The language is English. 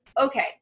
Okay